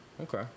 Okay